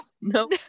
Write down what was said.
No